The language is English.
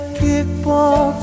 kickball